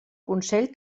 consell